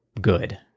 good